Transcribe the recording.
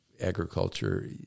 agriculture